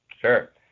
Sure